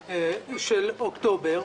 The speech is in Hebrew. הפרסום של אוקטובר,